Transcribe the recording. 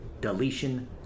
deletion